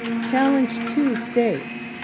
challenge two states,